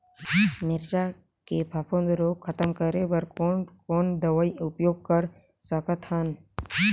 मिरचा के फफूंद रोग खतम करे बर कौन कौन दवई उपयोग कर सकत हन?